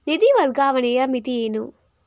ನಿಧಿ ವರ್ಗಾವಣೆಯ ಮಿತಿ ಏನು?